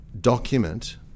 document